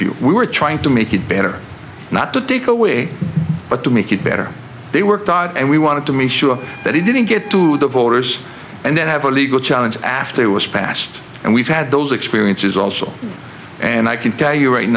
view we were trying to make it better not to take away but to make it better they worked out and we wanted to make sure that it didn't get to the voters and then have a legal challenge after it was passed and we've had those experiences also and i can tell you right